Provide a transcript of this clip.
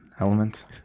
element